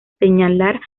señalar